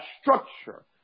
structure